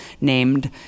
named